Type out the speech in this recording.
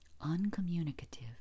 uncommunicative